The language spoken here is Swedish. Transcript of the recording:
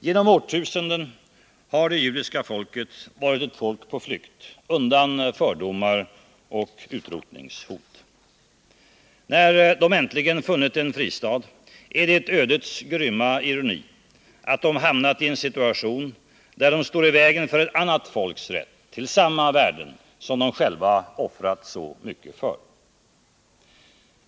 Genom årtusenden har det judiska folket varit ett folk på flykt undan fördomar och utrotningshot. När de äntligen funnit en fristad är det en ödets grymma ironi att de hamnat i en situation där de står i vägen för ett annat folks rätt till samma värden de själva offrat så mycket för.